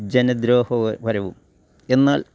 ജനദ്രോഹപരവും എന്നാൽ